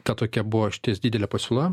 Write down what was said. ta tokia buvo išties didelė pasiūla